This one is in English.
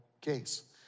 case